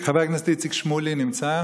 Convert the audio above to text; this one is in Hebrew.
חבר הכנסת איציק שמולי, נמצא.